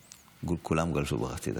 כולם גלשו בחצי דקה.